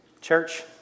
Church